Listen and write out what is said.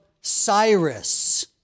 Cyrus